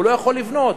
והוא לא יכול לבנות.